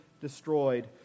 destroyed